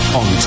on